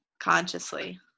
consciously